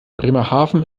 bremerhaven